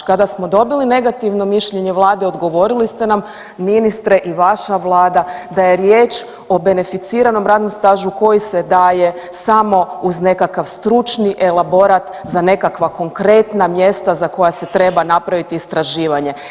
Kada smo dobili negativno mišljenje vlade odgovorili ste nam ministre i vaša vlada da je riječ o beneficiranom radnom stažu koji se daje samo uz nekakav stručni elaborat za nekakva konkretna mjesta za koja se treba napraviti istraživanje.